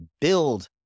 build